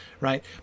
Right